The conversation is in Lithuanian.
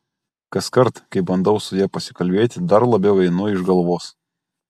kaskart kai bandau su ja pasikalbėti dar labiau einu iš galvos